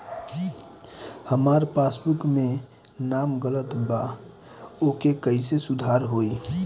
हमार पासबुक मे नाम गलत बा ओके कैसे सुधार होई?